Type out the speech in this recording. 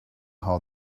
how